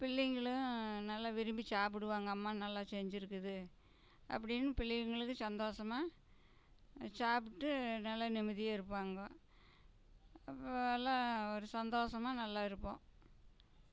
பிள்ளைங்களும் நல்லா விரும்பி சாப்பிடுவாங்க அம்மா நல்லா செஞ்சுருக்குது அப்படின்னு பிள்ளைங்களுக்கு சந்தோசமா சாப்பிட்டு நல்லா நிம்மதியாக இருப்பாங்கோ அப்போ எல்லாம் ஒரு சந்தோசமா நல்லா இருப்போம்